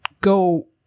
go